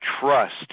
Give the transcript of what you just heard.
trust